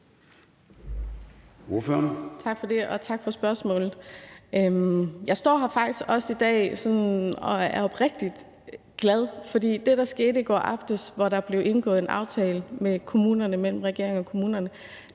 Tak for det, og tak for spørgsmålet. Jeg står her faktisk også i dag og er oprigtig glad for det, der skete i går aftes, hvor der blev indgået en aftale mellem regeringen og kommunerne.